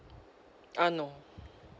uh no